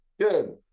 good